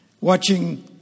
watching